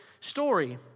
story